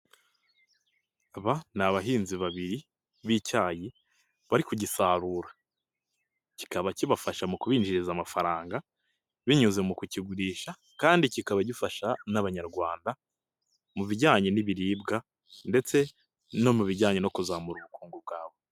Aba ni abahinzi babiri b'icyayi, bari kugisarura, kikaba kibafasha mu kubinjiriza amafaranga, binyuze mu kukigurisha kandi kikaba gifasha n'abanyarwanda, mu bijyanye n'ibiribwa ndetse no mu bijyanye no kuzamura ubukungu bwabo.